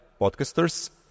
podcasters